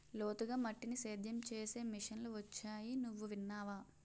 లోతుగా మట్టిని సేద్యం చేసే మిషన్లు వొచ్చాయి నువ్వు విన్నావా?